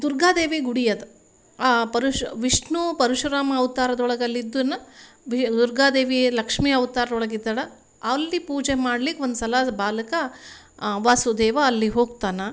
ದುರ್ಗಾದೇವಿ ಗುಡಿ ಅದು ಆ ಪರಶು ವಿಷ್ಣು ಪರಶುರಾಮ ಅವ್ತಾರದೊಳಗೆ ಅಲ್ಲಿದನ್ನು ಬಿ ದುರ್ಗಾದೇವಿ ಲಕ್ಷ್ಮೀ ಅವ್ತಾರರೊಳಗಿದ್ದಾಳೆ ಅಲ್ಲಿ ಪೂಜೆ ಮಾಡ್ಲಿಕ್ಕೆ ಒಂದು ಸಲ ಬಾಲಕ ವಾಸುದೇವ ಅಲ್ಲಿ ಹೋಗ್ತಾನೆ